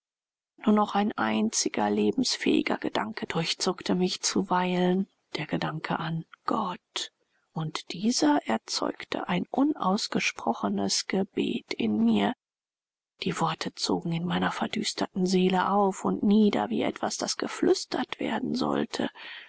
nur noch ein einziger lebensfähiger gedanke durchzuckte mich zuweilen der gedanke an gott und dieser erzeugte ein unausgesprochenes gebet in mir die worte zogen in meiner verdüsterten seele auf und nieder wie etwas das geflüstert werden sollte